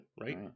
right